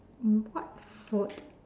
what food